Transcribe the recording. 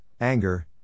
anger